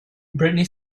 britney